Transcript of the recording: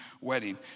wedding